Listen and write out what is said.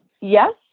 yes